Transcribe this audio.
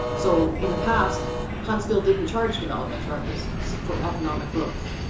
so in the past huntsville didn't charge development charges for economic growth